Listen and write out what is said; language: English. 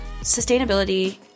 sustainability